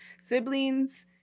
siblings